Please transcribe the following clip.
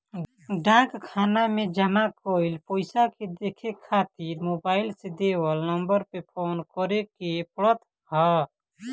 डाक खाना में जमा कईल पईसा के देखे खातिर मोबाईल से देवल नंबर पे फोन करे के पड़त ह